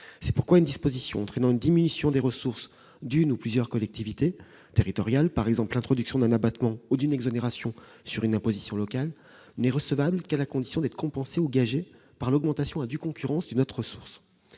C'est pourquoi une disposition entraînant une diminution des ressources d'une ou de plusieurs collectivités territoriales, par exemple l'introduction d'un abattement ou d'une exonération sur une imposition, n'est recevable qu'à la condition d'être compensée, ou « gagée », par l'augmentation « à due concurrence » d'une autre recette.